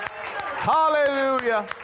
Hallelujah